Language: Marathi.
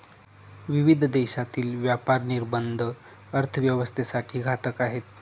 विविध देशांतील व्यापार निर्बंध अर्थव्यवस्थेसाठी घातक आहेत